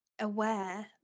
aware